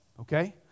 okay